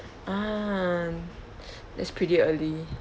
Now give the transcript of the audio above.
ah that's pretty early